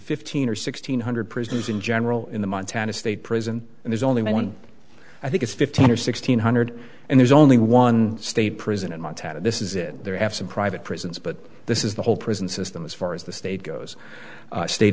fifteen or sixteen hundred prisoners in general in the montana state prison and there's only one i think it's fifteen or sixteen hundred and there's only one state prison in montana this is it there absent private prisons but this is the whole prison system as far as the state goes state